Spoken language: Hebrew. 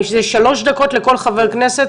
זה שלוש דקות לכל חבר כנסת,